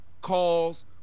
calls